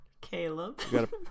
Caleb